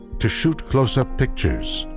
to shoot closeup pictures,